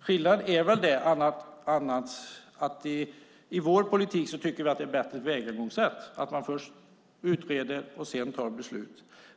Skillnaden är att i vår politik tycker vi att det är ett bättre tillvägagångssätt att man först utreder och sedan fattar beslut.